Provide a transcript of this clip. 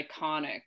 iconic